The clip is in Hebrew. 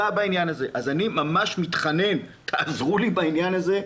אז אני ממש מתחנן תעזרו לי בעניין הזה,